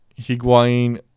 Higuain